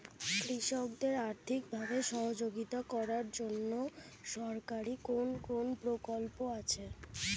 কৃষকদের আর্থিকভাবে সহযোগিতা করার জন্য সরকারি কোন কোন প্রকল্প আছে?